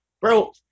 Bro